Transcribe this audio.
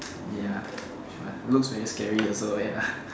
ya true ah looks very scary also ya